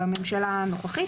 בממשלה הנוכחית,